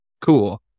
cool